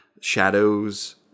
shadows